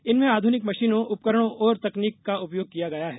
इनमें आधुनिक मशीनों उपकरणों और तकनीक का उपयोग किया गया है